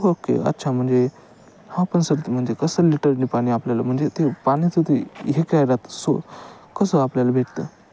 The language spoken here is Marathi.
ओके अच्छा म्हणजे हा पण सर म्हणजे कसं लिटरनी पाणी आपल्याला म्हणजे ते पाण्याचं ते हे काय राहत सो कसं आपल्याला भेटतं